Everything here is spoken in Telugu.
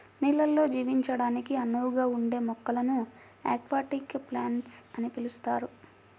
నీళ్ళల్లో జీవించడానికి అనువుగా ఉండే మొక్కలను అక్వాటిక్ ప్లాంట్స్ అని పిలుస్తారు